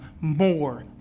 more